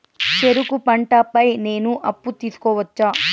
చెరుకు పంట పై నేను అప్పు తీసుకోవచ్చా?